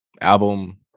album